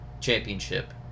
championship